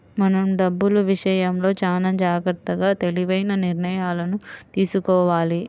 మనం డబ్బులు విషయంలో చానా జాగర్తగా తెలివైన నిర్ణయాలను తీసుకోవాలి